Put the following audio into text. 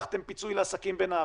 הבטחתם פיצוי לעסקים בנהריה,